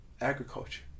agriculture